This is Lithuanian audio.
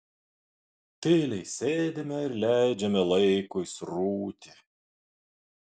tyliai sėdime ir leidžiame laikui srūti